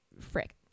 Frick